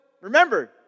remember